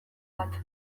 bat